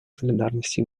солидарности